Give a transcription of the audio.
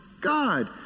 God